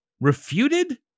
Refuted